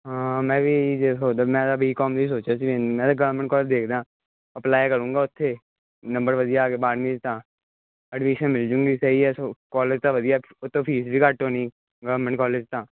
ਹਾਂ ਮੈਂ ਵੀ ਇਹੀ ਜੇ ਸੋਚਦਾ ਮੈਂ ਤਾਂ ਬੀਕੌਮ ਵੀ ਸੋਚਿਆ ਸੀ ਨਾਲ ਗੌਰਮੈਂਟ ਕੋਲਜ ਦੇਖਦਾ ਅਪਲਾਈ ਕਰੁੰਗਾ ਉੱਥੇ ਨੰਬਰ ਵਧੀਆ ਆ ਗਏ ਬਾਰਵੀਂ ਦੇ ਤਾਂ ਐਡਮਿਸ਼ਨ ਮਿਲ ਜੂੰਗੀ ਸਹੀ ਹੈ ਸੋ ਕਾਲਜ ਤਾਂ ਵਧੀਆ ਉੱਤੋਂ ਫੀਸ ਵੀ ਘੱਟ ਹੋਣੀ ਗੌਰਮੈਂਟ ਕੋਲਜ ਤਾਂ